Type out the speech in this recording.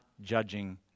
judging